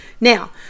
now